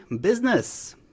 business